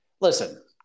Listen